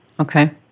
Okay